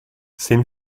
seem